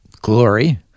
glory